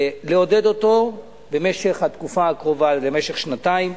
לעודד אותו במשך התקופה הקרובה, למשך שנתיים,